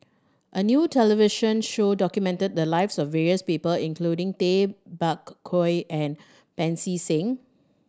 a new television show documented the lives of various people including Tay Bak Koi and Pancy Seng